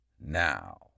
now